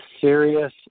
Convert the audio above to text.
serious